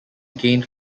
gained